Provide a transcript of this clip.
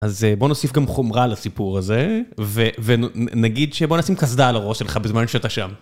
אז בוא נוסיף גם חומרה לסיפור הזה, ונגיד שבוא נשים קסדה על הראש שלך בזמן שאתה שם.